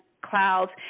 clouds